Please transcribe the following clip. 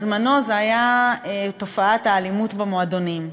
זו הייתה תופעת האלימות במועדונים.